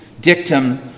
dictum